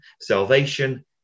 salvation